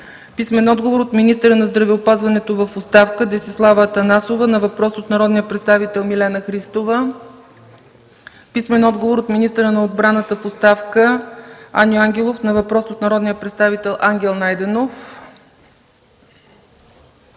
Михалевски; - министъра на здравеопазването в оставка Десислава Атанасова на въпрос от народния представител Милена Христова; - министъра на отбраната в оставка Аню Ангелов на два въпроса от народния представител Ангел Найденов;